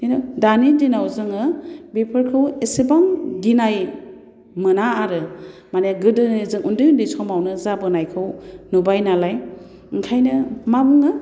खिनु दानि दिनाव जोङो बोफोरखौ एसेबां गिनाय मोना आरो माने गोदोनो जों उन्दै उन्दै समावनो जाबोनायखौ नुबाय नालाय ओंखायनो मा बुङो